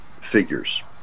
figures